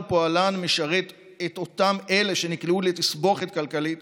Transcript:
פועלן משרת את אותם אלה שנקלעו לתסבוכת כלכלית